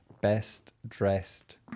best-dressed